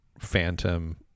Phantom